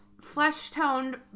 flesh-toned